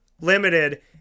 limited